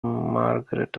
margaret